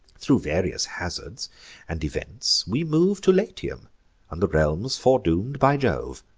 thro' various hazards and events, we move to latium and the realms foredoom'd by jove.